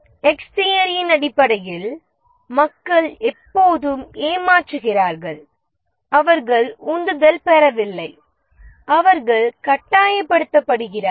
X' தியரியின் அடிப்படையில் மக்கள் எப்போதும் ஏமாற்றுகிறார்கள் அவர்கள் உந்துதல் பெறவில்லை அவர்கள் கட்டாயப்படுத்தப்படுகிறார்கள்